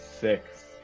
six